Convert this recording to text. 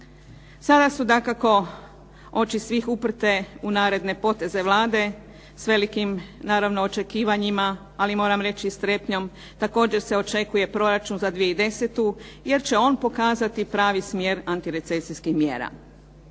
Sada su dakako oči svih uprte u naredne poteze Vlade. S velikim naravno očekivanjima, ali moram reći i strepnjom također se očekuje proračun za 2010. jer će on pokazati pravi smjer antirecesijskih mjera.